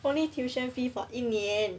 only tuition fee for 一年